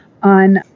on